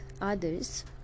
others